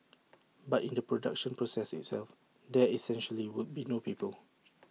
but in the production process itself there essentially would be no people